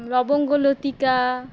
লবঙ্গলতিকা